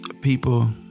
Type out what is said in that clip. people